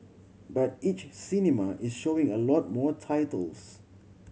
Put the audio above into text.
but each cinema is showing a lot more titles